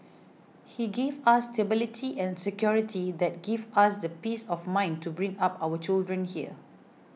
he gave us stability and security that give us the peace of mind to bring up our children here